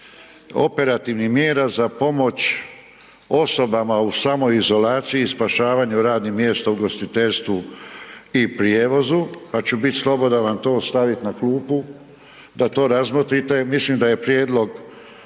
operativnih mjera za pomoć osobama u samoizolaciji i spašavanju radnih mjesta u ugostiteljstvu i prijevozu, pa ću bit slobodan da vam to stavit na klupu da to razmotrite. Mislim da je prijedlog